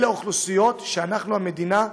אלה קבוצות האוכלוסייה שאנחנו, המדינה,